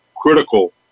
critical